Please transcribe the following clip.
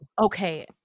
Okay